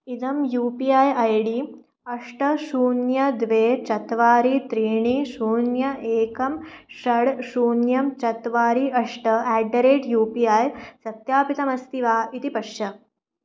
इदं U P I I D अष्ट शून्यं द्वे चत्वारि त्रीणि शून्यम् एकं षड् शून्यं चत्वारि अष्ट at the rate U P I सत्यापितमस्ति वा इति पश्य